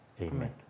Amen